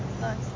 nice